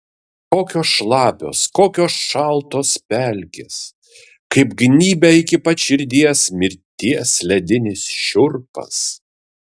kokios šlapios kokios šaltos pelkės kaip gnybia iki pat širdies mirties ledinis šiurpas